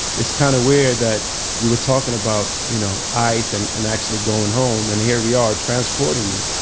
it's kind of weird that you were talking about, you know, ice and and actually going home and here we are transporting you.